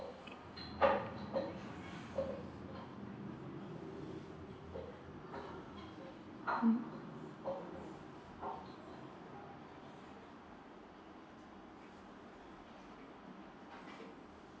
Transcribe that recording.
mm